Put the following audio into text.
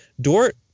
Dort